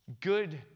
Good